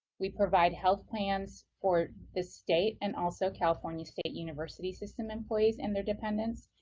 we provide health plans for the state and also california state university system employees and their dependents,